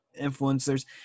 influencers